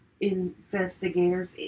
investigators